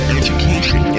education